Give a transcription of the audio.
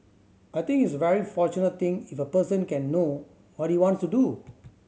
I think it's a very fortunate thing if a person can know what he wants to do